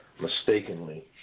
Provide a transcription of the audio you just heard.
mistakenly